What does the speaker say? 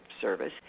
Service